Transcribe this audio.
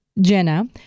Jenna